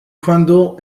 crandall